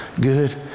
good